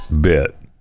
bit